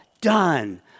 done